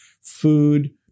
food